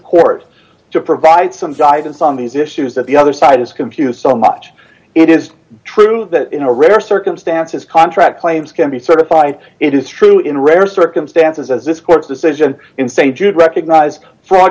court to provide some guidance on these issues that the other side has computers so much it is true that in a rare circumstances contract claims can be certified it is true in rare circumstances as this court's decision in saint jude recognize fraud